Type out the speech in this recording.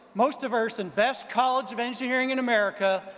most diverse, and best college of engineering in america,